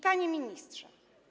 Panie Ministrze!